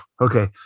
okay